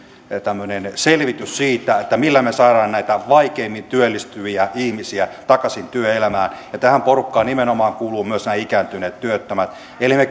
selvityksen siitä millä me saamme näitä vaikeimmin työllistyviä ihmisiä takaisin työelämään ja tähän porukkaan nimenomaan kuuluvat myös nämä ikääntyneet työttömät eli me